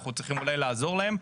אנחנו צריכים אולי לעזור להם.